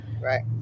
Right